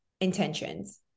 intentions